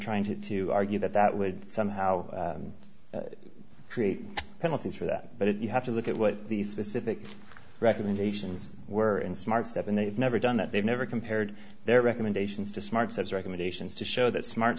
rying to argue that that would somehow create penalties for that but it you have to look at what the specific recommendations were in smart step and they've never done that they've never compared their recommendations to smart sets recommendations to show that smart